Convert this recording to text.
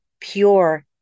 Pure